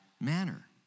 manner